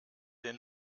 den